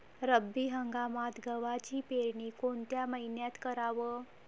रब्बी हंगामात गव्हाची पेरनी कोनत्या मईन्यात कराव?